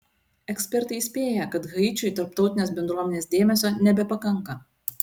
ekspertai įspėja kad haičiui tarptautinės bendruomenės dėmesio nebepakanka